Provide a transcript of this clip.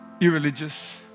irreligious